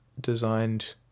designed